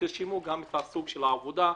תרשמו את סוג העבודה,